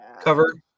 cover